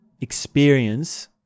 experience